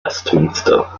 westminster